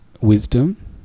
wisdom